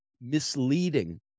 Misleading